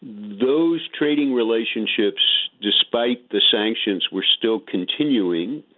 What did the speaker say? those trading relationships despite the sanctions were still continuing.